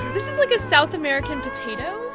this is, like, a south american potato,